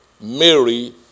Mary